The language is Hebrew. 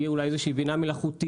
כי תהיה אולי איזושהי בינה מלאכותית